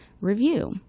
review